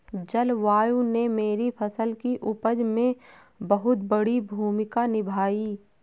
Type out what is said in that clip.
जलवायु ने मेरी फसल की उपज में बहुत बड़ी भूमिका निभाई